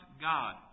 God